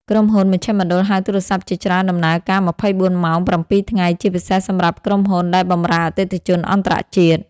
ក្រុមហ៊ុនមជ្ឈមណ្ឌលហៅទូរស័ព្ទជាច្រើនដំណើរការ ២៤ ម៉ោង ៧ ថ្ងៃ ជាពិសេសសម្រាប់ក្រុមហ៊ុនដែលបម្រើអតិថិជនអន្តរជាតិ។